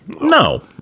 No